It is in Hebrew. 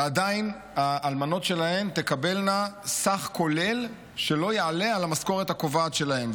ועדיין האלמנות שלהם תקבלנה סך כולל שלא יעלה על המשכורת הקובעת שלהן.